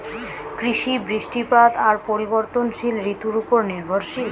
কৃষি, বৃষ্টিপাত আর পরিবর্তনশীল ঋতুর উপর নির্ভরশীল